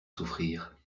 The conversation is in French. souffrir